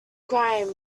grime